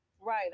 Right